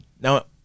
Now